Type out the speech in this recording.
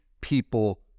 people